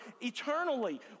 eternally